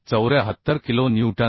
74 kilo Newton